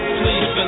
please